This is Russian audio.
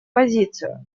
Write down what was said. позицию